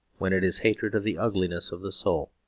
when it is hatred of the ugliness of the soul.